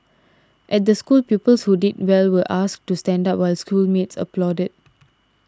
at the school pupils who did well were asked to stand up while schoolmates applauded